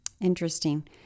Interesting